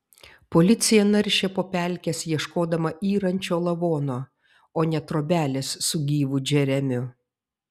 policija naršė po pelkes ieškodama yrančio lavono o ne trobelės su gyvu džeremiu